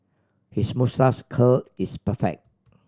his moustache curl is perfect